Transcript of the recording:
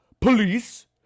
Police